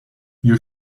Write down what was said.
you